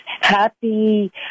happy